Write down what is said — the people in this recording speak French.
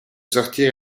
sortir